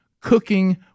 Cooking